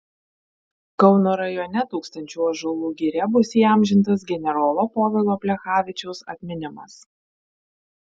kauno rajone tūkstančių ąžuolų giria bus įamžintas generolo povilo plechavičiaus atminimas